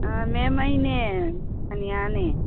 ꯃꯦꯝ ꯑꯩꯅꯦ ꯁꯣꯅꯤꯌꯥꯅꯦ